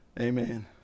Amen